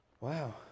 wow